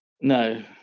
No